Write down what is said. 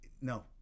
No